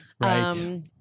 Right